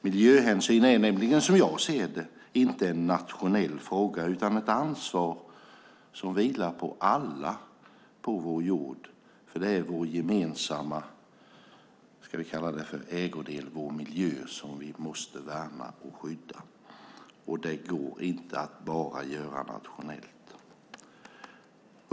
Miljöhänsyn är nämligen som jag ser det inte en nationell fråga utan ett ansvar som vilar på alla på vår jord, för det är vår gemensamma ägodel, vår miljö, som vi måste värna och skydda. Det går inte att göra det bara nationellt.